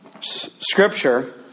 scripture